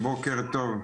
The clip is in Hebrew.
בוקר טוב,